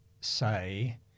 say